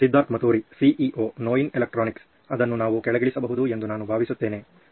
Siddharth Maturi CEO ನೋಯಿನ್ electronics ಅದನ್ನು ನಾವು ಕೆಳಗಿಳಿಸಬಹುದು ಎಂದು ನಾನು ಭಾವಿಸುತ್ತೇನೆ